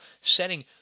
setting